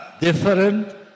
different